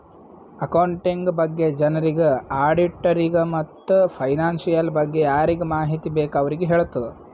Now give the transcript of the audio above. accounting ಬಗ್ಗೆ ಜನರಿಗ್, ಆಡಿಟ್ಟರಿಗ ಮತ್ತ್ ಫೈನಾನ್ಸಿಯಲ್ ಬಗ್ಗೆ ಯಾರಿಗ್ ಮಾಹಿತಿ ಬೇಕ್ ಅವ್ರಿಗ ಹೆಳ್ತುದ್